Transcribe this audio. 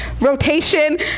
rotation